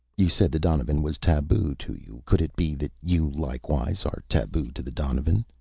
you said the donovan was taboo to you. could it be that you, likewise, are taboo to the donovan?